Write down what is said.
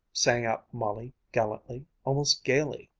sang out molly gallantly, almost gaily,